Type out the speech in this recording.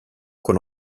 con